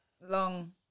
long